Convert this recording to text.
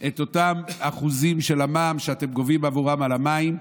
את אחוזי המע"מ שאתם גובים מהם בעבור מים.